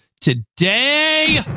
today